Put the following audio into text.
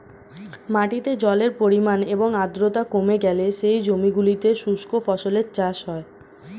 মাটিতে জলের পরিমাণ এবং আর্দ্রতা কমে গেলে সেই জমিগুলোতে শুষ্ক ফসলের চাষ হয়